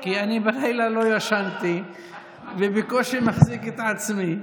כי אני לא ישנתי בלילה ואני בקושי מחזיק את עצמי,